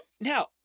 Now